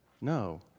no